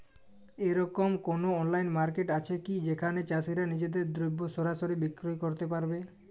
এরকম কোনো online market আছে কি যেখানে চাষীরা নিজেদের দ্রব্য সরাসরি বিক্রয় করতে পারবে?